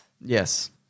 Yes